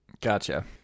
Gotcha